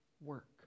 work